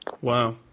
Wow